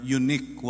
unique